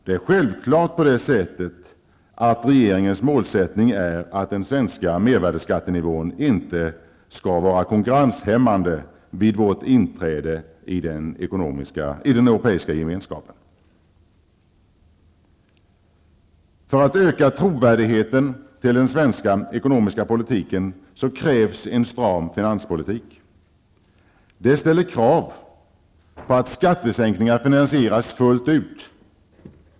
Det är självklart på det sättet att regeringens målsättning är att den svenska mervärdeskattenivån inte får vara konkurrenshämmande vid vårt inträde i den europeiska gemenskapen. För att öka trovärdigheten till den svenska ekonominska politiken krävs en stram finanspolitik. Det ställer krav på att skattesänkningar finansieras fullt ut.